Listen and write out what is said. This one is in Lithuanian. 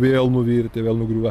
vėl nuvirtę vėl nugriuvę